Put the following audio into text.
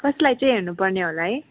कसलाई चाहिँ हेर्नु पर्ने होला है